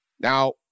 Now